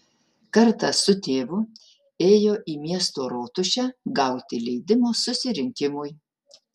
kartą su tėvu ėjo į miesto rotušę gauti leidimo susirinkimui